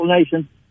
explanation